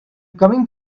coming